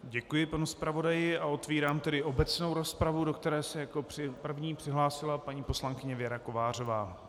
Děkuji panu zpravodaji a otvírám tedy obecnou rozpravu, do které se jako první přihlásila paní poslankyně Věra Kovářová.